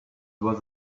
was